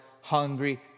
Hungry